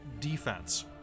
defense